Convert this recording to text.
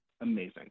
amazing